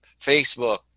Facebook